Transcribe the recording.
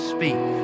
Speak